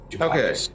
Okay